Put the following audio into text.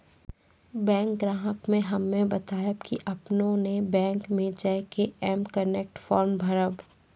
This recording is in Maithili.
बैंक ग्राहक के हम्मे बतायब की आपने ने बैंक मे जय के एम कनेक्ट फॉर्म भरबऽ